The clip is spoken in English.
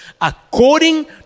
according